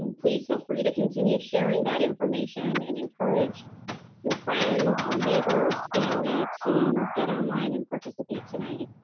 and please feel free to continue sharing that information and encourage your friends, your neighbors, family to get online and participate tonight.